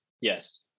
Yes